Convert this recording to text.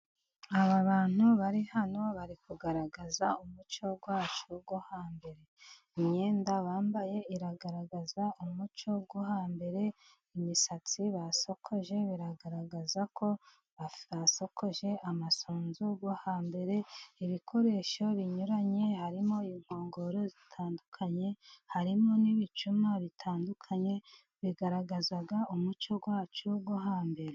Aba bantu bari hano bari kugaragaza umuco wacu wo hambere imyenda bambaye iragaragaza umuco wo hambere imisatsi basokoje biragaragaza ko batasokoje amasunzu yo hambere, ibikoresho binyuranye harimo inkongoro zitandukanye harimo n'ibicuma bitandukanye bigaragaza umuco wacu wo hambere.